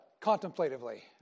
contemplatively